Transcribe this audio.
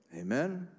Amen